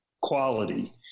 quality